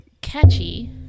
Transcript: catchy